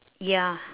ya